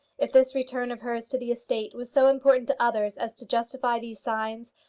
if this return of hers to the estate was so important to others as to justify these signs,